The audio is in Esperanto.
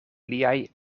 liaj